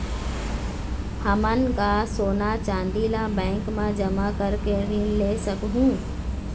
हमन का सोना चांदी ला बैंक मा जमा करके ऋण ले सकहूं?